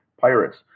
Pirates